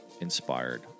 inspired